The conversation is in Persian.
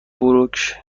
بروک